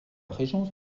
régence